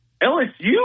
LSU